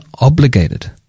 obligated